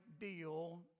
deal